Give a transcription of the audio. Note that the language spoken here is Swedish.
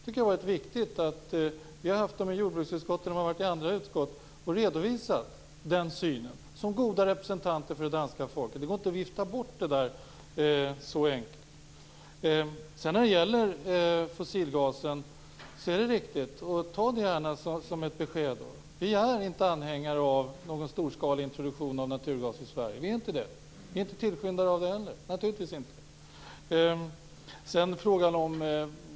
Det har varit viktigt att de har varit på besök inte bara i jordbruksutskottet utan i även andra utskott och redovisat den synen som goda representanter för det danska folket. Det går inte att vifta bort det så enkelt. När det gäller fossilgasen är det riktigt - och ta det gärna som ett besked - att vi inte är anhängare av någon storskalig introduktion av naturgas i Sverige. Vi är heller inte tillskyndare av det. Naturligtvis inte.